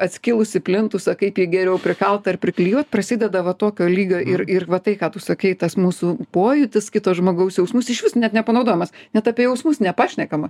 atskilusį plintusą kaip jį geriau prikalt ar priklijuot prasideda va tokio lygio ir ir va tai ką tu sakei tas mūsų pojūtis kito žmogaus jausmus išvis net nepanaudojamas net apie jausmus nepašnekama